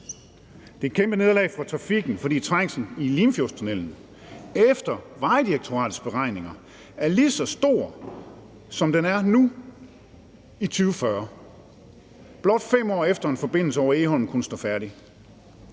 Det er et kæmpe nederlag for trafikken, fordi trængslen i Limfjordstunnellen efter Vejdirektoratets beregninger er lige så stor, som den er nu, i 2040, blot 5 år efter en forbindelse over Egholm kunne stå færdig.